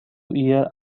hear